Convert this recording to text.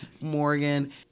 Morgan